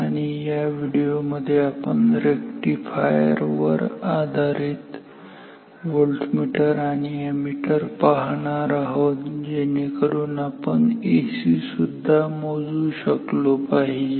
आणि या व्हिडिओ मध्ये आपण रेक्टिफायर वर आधारित व्होल्टमीटर आणि अॅमीटर पाहणार आहोत जेणेकरून आपण एसी सुद्धा मोजू शकलो पाहिजे